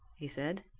he said.